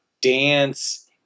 dance